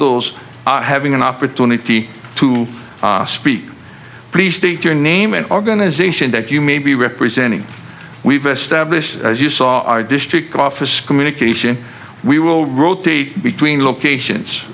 bills having an opportunity to speak please state your name an organization that you may be representing we've established as you saw our district office communication we will rotate between locations